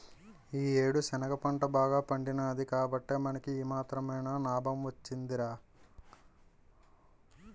ఈ యేడు శనగ పంట బాగా పండినాది కాబట్టే మనకి ఈ మాత్రమైన నాబం వొచ్చిందిరా